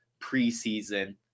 preseason